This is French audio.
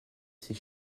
ces